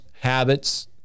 habits